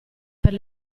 per